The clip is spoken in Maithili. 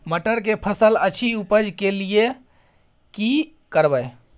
मटर के फसल अछि उपज के लिये की करबै?